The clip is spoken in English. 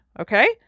Okay